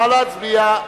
נא להצביע.